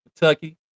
Kentucky